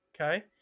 Okay